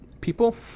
people